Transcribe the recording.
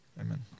Amen